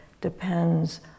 depends